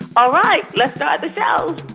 all right let's start the show